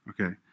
Okay